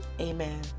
amen